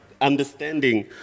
understanding